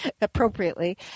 appropriately –